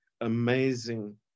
amazing